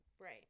Right